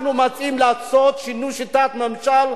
אנחנו מציעים לעשות שינוי בשיטת הממשל,